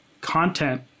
content